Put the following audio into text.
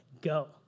go